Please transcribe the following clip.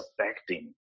affecting